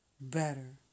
better